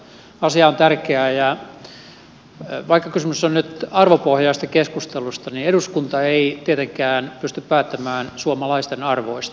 asia on tärkeä ja vaikka kysymys on nyt arvopohjaisesta keskustelusta niin eduskunta ei tietenkään pysty päättämään suomalaisten arvoista